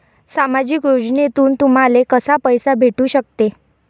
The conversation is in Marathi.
सामाजिक योजनेतून तुम्हाले कसा पैसा भेटू सकते?